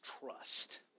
trust